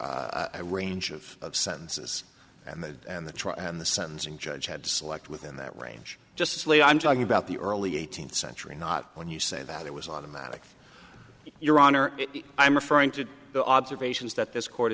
a range of sentences and they and the trial and the sentencing judge had to select within that range just as lee i'm talking about the early eighteenth century not when you say that it was automatic your honor i'm referring to the observations that this court